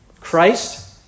Christ